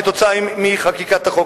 כתוצאה מחקיקת החוק.